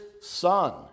Son